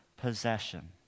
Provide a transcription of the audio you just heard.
possession